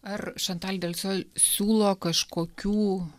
ar šantal delsol siūlo kažkokių